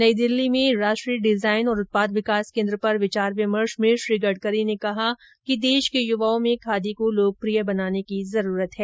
नई दिल्ली में प्रस्तावित राष्ट्रीय डिजाइन और उत्पाद विकास केन्द्र पर विचार विमर्श में श्री गडकरी ने कहा कि देश के युवाओं में खादी को लोकप्रिय बनाने की जरूरत है